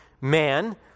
man